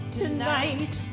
tonight